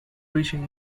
reaching